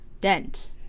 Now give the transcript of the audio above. Dent